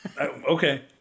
Okay